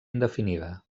indefinida